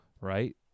right